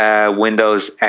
Windows